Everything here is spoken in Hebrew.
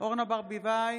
אורנה ברביבאי,